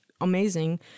amazing